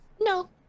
No